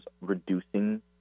reducing